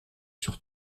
sur